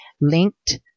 linked